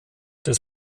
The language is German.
des